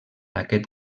aquest